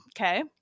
Okay